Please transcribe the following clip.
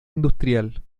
industrial